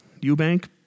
Eubank